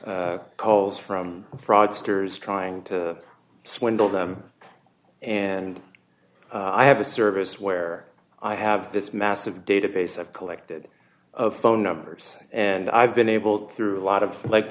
calls from fraudsters trying to swindle them and i have a service where i have this massive database i've collected of phone numbers and i've been able to through a lot of like